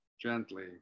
gently